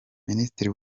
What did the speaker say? minisitiri